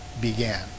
began